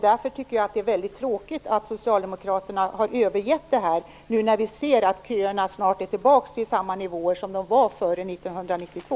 Därför tycker jag att det är väldigt tråkigt att socialdemokraterna har övergett det här, när vi ser att köerna snart är tillbaka vid samma nivåer som de var före 1992.